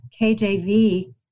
KJV